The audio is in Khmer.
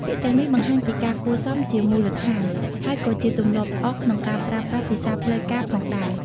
ពាក្យទាំងនេះបង្ហាញពីការគួរសមជាមូលដ្ឋាន ហើយក៏ជាទម្លាប់ល្អក្នុងការប្រើប្រាស់ភាសាផ្លូវការផងដែរ។